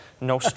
No